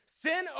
Sin